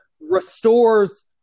restores